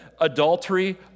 Adultery